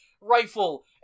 rifle